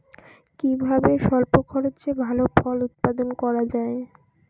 কিভাবে স্বল্প খরচে ভালো ফল উৎপাদন করা যায়?